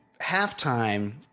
halftime